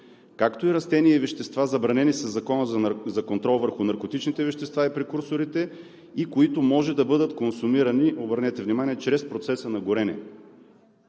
както и растения и вещества, забранени със Закона за контрол върху наркотичните вещества и прекурсорите и които може да бъдат консумирани, обърнете внимание, чрез процеса на горене“.